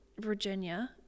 Virginia